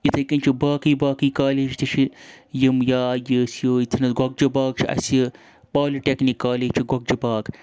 یِتھَے کٔنۍ چھُ باقٕے باقٕے کالیج تہِ چھِ یِم یا یُس یتھنَس گۄگجہِ باغ چھِ اَسہِ یہِ پالٹیٚکنِک کالیج چھُ گۄگجہِ باغ